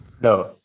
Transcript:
no